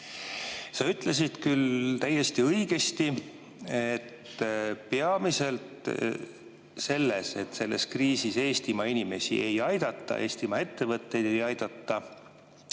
Sa ütlesid küll – täiesti õigesti –, et selles, et kriisis Eestimaa inimesi ei aidata ja Eestimaa ettevõtteid ei aidata,